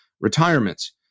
retirements